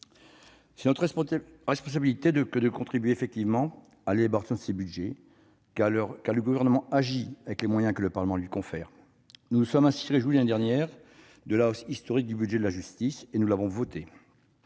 de notre responsabilité de contribuer concrètement à l'élaboration de ces budgets, car le Gouvernement agit avec les moyens que le Parlement lui confère. Nous nous sommes ainsi réjouis, l'année dernière, de la hausse historique du budget de la justice, que nous avons voté.